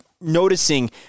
noticing